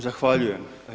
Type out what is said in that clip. Zahvaljujem.